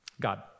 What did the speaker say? God